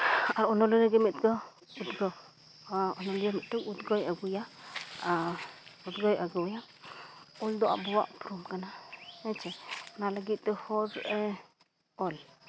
ᱟᱨ ᱚᱱᱚᱞᱤᱭᱟᱹᱜᱮ ᱢᱤᱫ ᱫᱚ ᱩᱫᱽᱜᱟᱹᱣ ᱚᱱᱟ ᱚᱱᱚᱞᱤᱭᱟᱹ ᱢᱤᱫᱴᱤᱡᱽ ᱟᱹᱜᱩᱭᱟ ᱟᱨ ᱩᱫᱽᱜᱟᱹᱣᱮ ᱟᱹᱜᱩᱭᱟ ᱚᱞ ᱫᱚ ᱟᱵᱚᱣᱟᱜ ᱩᱯᱨᱩᱢ ᱠᱟᱱᱟ ᱦᱮᱸᱪᱮ ᱚᱱᱟ ᱞᱟᱹᱜᱤᱫ ᱫᱚ ᱦᱚᱲ ᱚᱞ